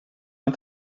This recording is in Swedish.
man